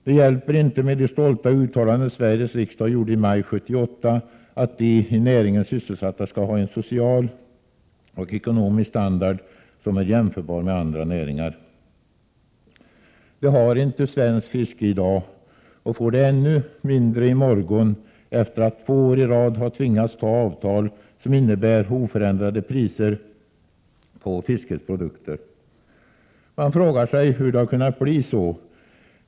Det hjälper inte med det stolta uttalandet som Sveriges riksdag gjorde i maj 1978 om att ”de i näringen sysselsatta skall ha en social och ekonomisk standard som är jämförbar med andra näringars”. Det har inte svenskt fiske i dag, och får det ännu mindre i morgon, efter att två år i rad ha tvingats till avtal som innebär oförändrade priser på fiskets produkter. Man frågar sig hur det har blivit så.